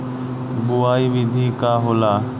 बुआई विधि का होला?